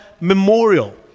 memorial